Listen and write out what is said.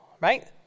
right